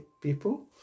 people